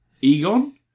Egon